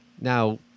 Now